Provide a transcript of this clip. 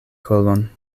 kolon